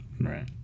Right